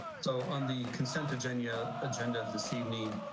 so on the consent agenda agenda this evening,